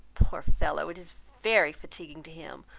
poor fellow! it is very fatiguing to him!